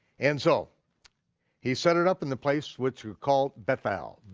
and so he set it up in the place which we call bethel,